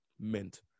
meant